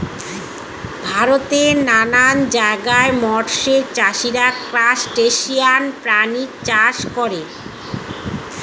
ভারতের নানান জায়গায় মৎস্য চাষীরা ক্রাসটেসিয়ান প্রাণী চাষ করে